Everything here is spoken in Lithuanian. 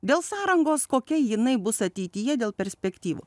dėl sąrangos kokia jinai bus ateityje dėl perspektyvų